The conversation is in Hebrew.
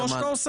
כמו שאתה עושה,